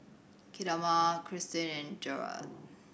Kamilah Cristine and Gerda